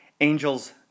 Angels